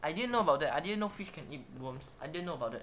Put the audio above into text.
I didn't know about that I didn't know fish can eat worms I didn't know about it